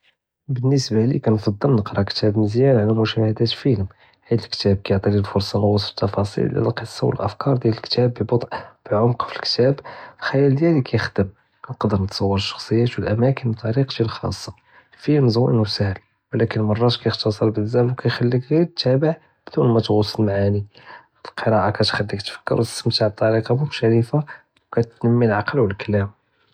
באלנسبة לי כנפעל נקרא כתב מזיין עלא מושאדה פילם, חית אלכתב כיעטיני אלפורסה לוסף תפאריל דיאל אלקסה ואלאפכאר דיאל אלכתב בבוט' באעמק פי אלכתב חיאל דיאלי קיחדם, נוקדר נתסורר אלשחסיות ואלאמאקין מן טאריקתי אלחאסה אלפילם זויין וסאהל ולקין מראת כייחתסר בזאף כיחליק ג'יר מתאבה בדון מא תגע'וס פי אלמעאני. אלקריאה כתחליק תפקר ותסתמתע בטאריקה מושטרקה קטנמי אלעקל ואלכלם.